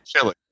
chili